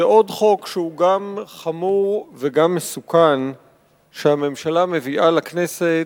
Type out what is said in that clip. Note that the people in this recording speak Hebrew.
זה עוד חוק שהוא גם חמור וגם מסוכן שהממשלה מביאה לכנסת,